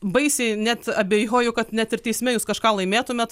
baisiai net abejoju kad net ir teisme jūs kažką laimėtumėt